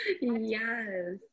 yes